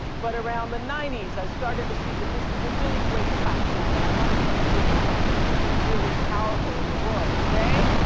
but around the ninety s, i started to see that this was a really great platform and i wanted to use it for something really powerful in the world. today,